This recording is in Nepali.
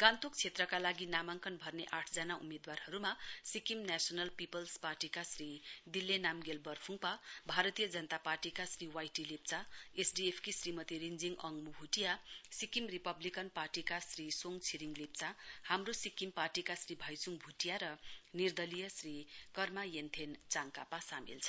गान्तोक क्षेत्रका लागि नामाङ्नक भर्ने आठ जना उम्मेदवारहरूम सिक्किम नेशनल पीपल्स पार्टीका श्री दिले नाम्गेल बर्फुङपा भारतीय जनता पार्टीका श्री वाईटी लेप्चा एसडीएफकी श्रीमती रिश्विङ अङ्मु भुटिया सिक्किम रिपब्लिकन पार्टीका श्री सोङ छिरिङ लेप्चा हाम्रो सिक्किम पार्टीका श्री भाइचुङ भुटिया र निर्दलीय श्री कर्मा येन्थेन चाङकपा सामेल छन्